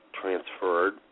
transferred